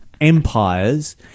empires